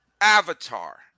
Avatar